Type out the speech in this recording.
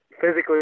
physically